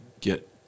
get